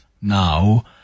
now